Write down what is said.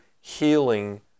healing